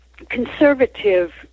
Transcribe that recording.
Conservative